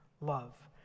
love